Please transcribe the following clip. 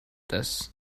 this